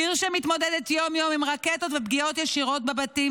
עיר שמתמודדת יום-יום עם רקטות ופגיעות ישירות בבתים,